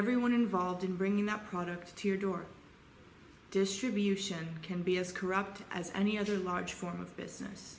everyone involved in bringing that product to your door distribution can be as corrupt as any other large form of business